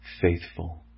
faithful